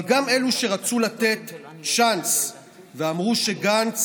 אבל גם אלה שרצו לתת צ'אנס ואמרו שגנץ